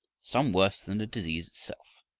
some worse than the disease itself.